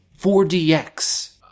4DX